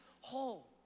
whole